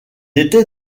était